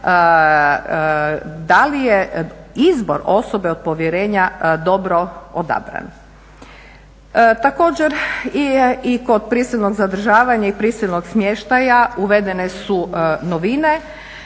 da li je izbor osobe od povjerenja dobro odabran. Također, i kod prisilnog zadržavanja i prisilnog smještaja uvedene su novine